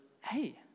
hey